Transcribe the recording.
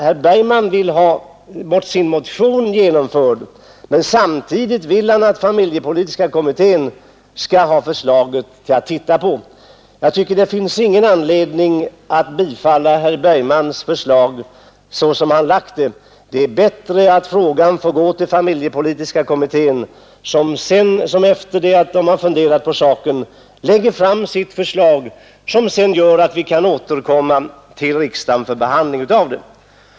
Herr Bergman vill ha förslaget i sin motion genomfört, och samtidigt vill han att familjepolitiska kommittén skall få förslaget att titta på. Det finns ingen anledning att bifalla herr Bergmans förslag så som det har framlagts. Det är bättre att frågan får gå till familjepolitiska kommittén som efter det att den har funderat på saken lägger fram sitt förslag i frågan, vilket sedan återkommer till riksdagen för behandling.